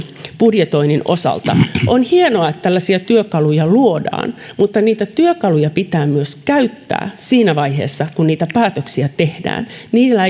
budjetoinnin osalta on hienoa että tällaisia työkaluja luodaan mutta niitä työkaluja pitää myös käyttää siinä vaiheessa kun niitä päätöksiä tehdään niillä